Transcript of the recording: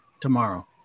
tomorrow